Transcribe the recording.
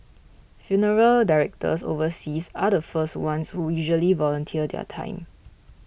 funeral directors overseas are the first ones who usually volunteer their time